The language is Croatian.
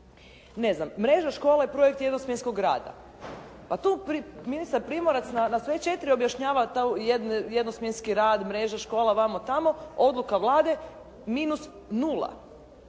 Ne znam mreža škole projekt jednosmjenskog rada. Pa tu ministar Primorac na sve četiri objašnjava jednosmjenski rad, mreža, škola, vamo-tamo, odluka Vlade minus nula.